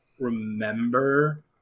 remember